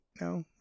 No